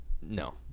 No